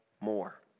More